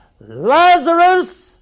Lazarus